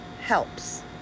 helps